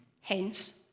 Hence